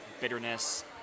bitterness